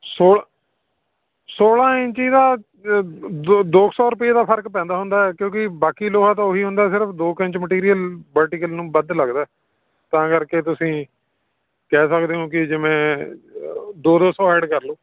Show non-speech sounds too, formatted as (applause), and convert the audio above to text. ਸੋਲ ਸੌਲ੍ਹਾਂ ਇੰਚੀ ਦਾ (unintelligible) ਦੋ ਦੋ ਕੁ ਸੌ ਰੁਪਈਏ ਦਾ ਫਰਕ ਪੈਂਦਾ ਹੁੰਦਾ ਕਿਉਂਕਿ ਬਾਕੀ ਲੋਹਾ ਤਾਂ ਉਹੀ ਹੁੰਦਾ ਸਿਰਫ ਦੋ ਕੁ ਇੰਚ ਮਟੀਰੀਅਲ ਬਰਟੀਕਲ ਨੂੰ ਵੱਧ ਲੱਗਦਾ ਤਾਂ ਕਰਕੇ ਤੁਸੀਂ ਕਹਿ ਸਕਦੇ ਹੋ ਕਿ ਜਿਵੇਂ ਦੋ ਦੋ ਸੌ ਐਡ ਕਰ ਲਓ